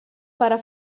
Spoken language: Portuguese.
para